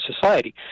society